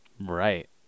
Right